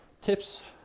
tips